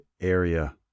area